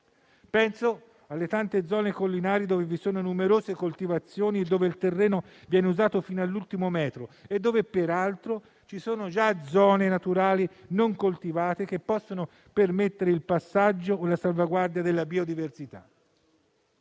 Penso alle tante zone collinari, dove vi sono numerose coltivazioni, dove il terreno viene usato fino all'ultimo metro e dove peraltro ci sono già zone naturali non coltivate che possono permettere il passaggio o la salvaguardia della biodiversità.